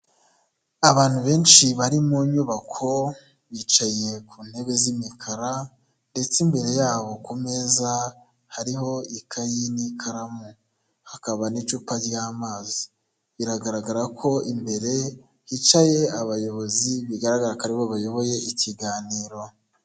Abantu benshi bari mu nyubako, bicaye ku ntebe z'imikara ndetse imbere yabo ku meza, hariho ikayi n'ikaramu, hakaba n'icupa ry'amazi. Biragaragara ko imbere hicaye abayobozi, bigaragara ko aribo bayoboye ikiganiro.